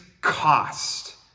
cost